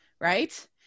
right